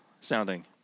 sounding